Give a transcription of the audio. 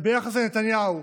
וביחס לנתניהו,